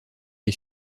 est